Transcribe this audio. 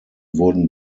wurden